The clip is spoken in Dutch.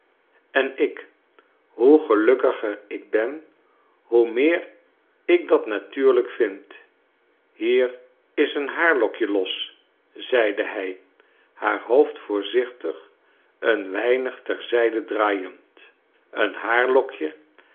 en ik hoe gelukkiger ik ben hoe meer ik dat natuurlijk vind hier is een haarlokje los zeide hij haar hoofd voorzichtig een weinig ter zijde draaiend een